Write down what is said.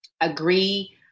agree